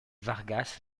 vargas